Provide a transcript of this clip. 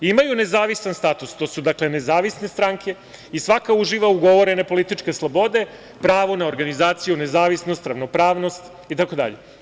Imaju nezavistan status, to su dakle nezavisne stranke i svaka uživa ugovorene političke slobode, pravo na organizaciju, nezavisnost, ravnopravnost i tako dalje.